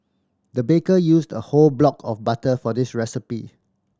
the baker used a whole block of butter for this recipe